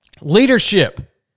Leadership